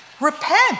Repent